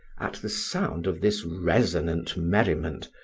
at the sound of this resonant merriment,